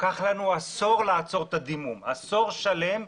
לקח לנו עשור לעצור את הדימום שיצר אותו משבר מדובר.